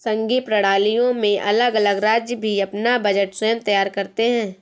संघीय प्रणालियों में अलग अलग राज्य भी अपना बजट स्वयं तैयार करते हैं